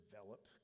develop